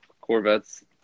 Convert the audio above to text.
Corvettes